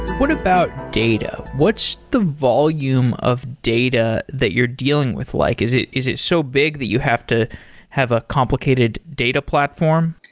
what about data? what's the volume of data that you're dealing with like? is it is it so big that you have to have a complicated data platform?